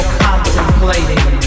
contemplating